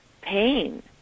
pain